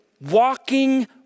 walking